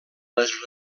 les